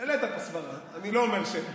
העלית פה סברה, אני לא אומר שלא.